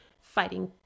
fighting